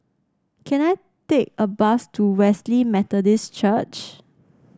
can I take a bus to Wesley Methodist Church